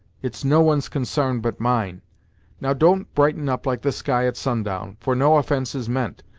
it's no one's consarn but mine now, don't brighten up like the sky at sundown, for no offence is meant,